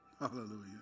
Hallelujah